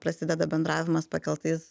prasideda bendravimas pakeltais